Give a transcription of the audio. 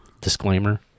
disclaimer